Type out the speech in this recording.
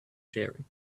sharing